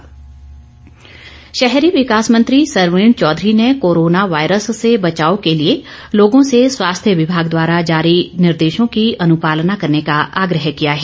सरवीण शहरी विकास मंत्री सरवीण चौधरी ने कोरोना वायरस से बचाव के लिए लोगों से स्वास्थ्य विभाग द्वारा जारी निर्देशों की अनुपालना करने का आग्रह किया है